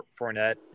Fournette